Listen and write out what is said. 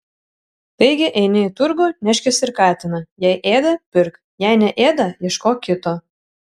taigi eini į turgų neškis ir katiną jei ėda pirk jei neėda ieškok kito